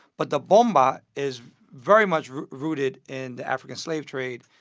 but the bomba is very much rooted in the african slave trade,